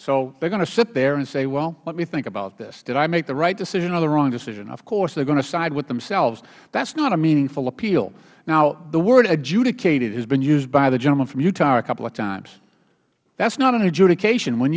so they are going to sit there and say well let us think about this did we make the right decision or the wrong decision of course they are going to side with themselves that is not a meaningful appeal now the word adjudicated has been used by the gentleman from utah a couple of times that is not an adjudication when